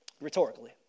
Rhetorically